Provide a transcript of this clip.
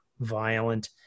violent